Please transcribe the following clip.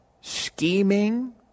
Scheming